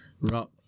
Rock